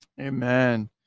Amen